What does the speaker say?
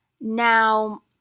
Now